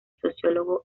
sociólogo